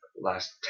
last